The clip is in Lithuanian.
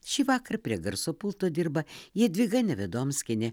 šįvakar prie garso pulto dirba jadvyga nevidomskienė